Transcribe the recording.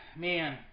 man